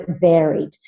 varied